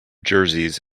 jerseys